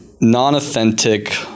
non-authentic